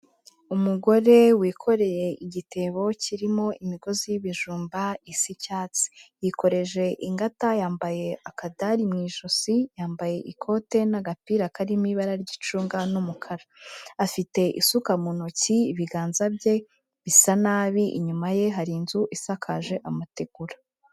Umugore wikoreye igitebo kirimo imigozi y'ibijumba isa icyatsi, yikoreje ingata yambaye akadari mu ijosi, yambaye ikote n'agapira karimo ibara ry'icunga n'umukara, afite isuka mu ntoki ibiganza bye bisa nabi inyuma ye hari inzu isakaje amategura.